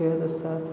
खेळत असतात